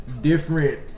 different